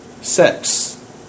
sex